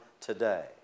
today